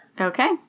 okay